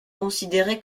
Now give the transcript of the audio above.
considérées